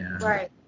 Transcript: Right